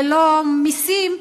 ללא מסים,